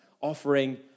Offering